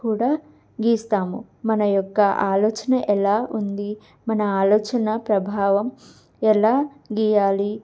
కూడా గీస్తాము మన యొక్క ఆలోచన ఎలా ఉంది మన ఆలోచన ప్రభావం ఎలా గీయాలి